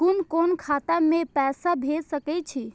कुन कोण खाता में पैसा भेज सके छी?